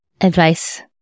Advice